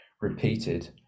repeated